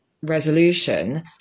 resolution